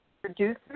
producer